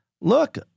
Look